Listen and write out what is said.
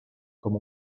com